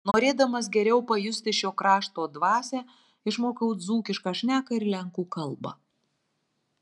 norėdamas geriau pajusti šio krašto dvasią išmokau dzūkišką šneką ir lenkų kalbą